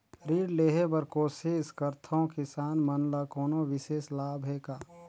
ऋण लेहे बर कोशिश करथवं, किसान मन ल कोनो विशेष लाभ हे का?